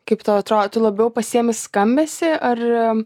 kaip tau atro tu labiau pasiimi skambesį ar